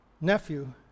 nephew